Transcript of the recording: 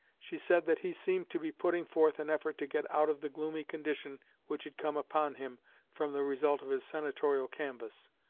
she said that he seemed to be putting forth an effort to get out of the gloomy condition which had come upon him from the result of his senatorial canvass.